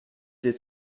des